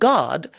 God